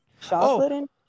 chocolate